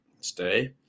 stay